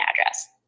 address